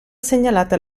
segnalata